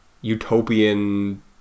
utopian